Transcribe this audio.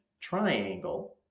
triangle